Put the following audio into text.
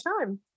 time